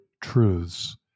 truths